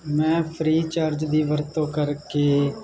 ਮੈਂ ਫਰੀਚਾਰਜ ਦੀ ਵਰਤੋਂ ਕਰਕੇ